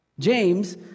James